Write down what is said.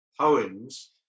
poems